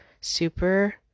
Super